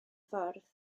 ffordd